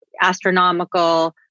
astronomical